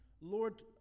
Lord